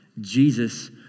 Jesus